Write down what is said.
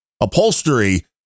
Upholstery